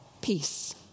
peace